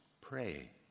Pray